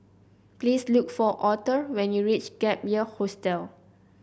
please look for Aurthur when you reach Gap Year Hostel